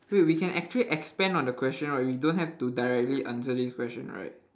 wait we can actually expand on the question right we don't have to directly answer this question right